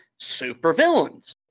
supervillains